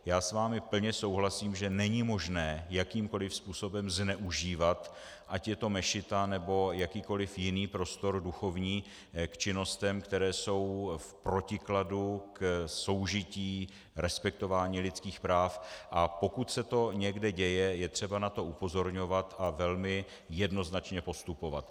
Já s vámi plně souhlasím, že není možné jakýmkoli způsobem zneužívat, ať je to mešita, nebo jakýkoli jiný duchovní prostor, k činnostem, které jsou v protikladu k soužití, respektování lidských práv, a pokud se to někde děje, je třeba na to upozorňovat a velmi jednoznačně postupovat.